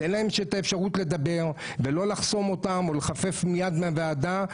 תן אפשרות לדבר ולא לחסום אותם או לחפף מיד מהוועדה,